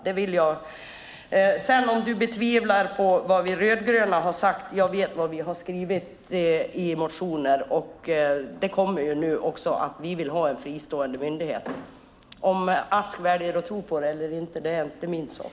Om ministern sedan betvivlar vad vi rödgröna har sagt så vet jag vad vi har skrivit i motioner. Vi vill ha en fristående myndighet. Om Ask väljer att tro på det eller inte är inte min sak.